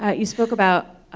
ah you spoke about